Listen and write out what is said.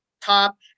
top